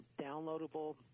downloadable